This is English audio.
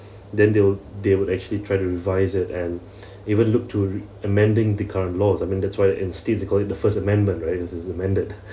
then they will they will actually try to revise it and even look to r~ amending the current laws I mean that's why in the states you call it the first amendment right as it is amended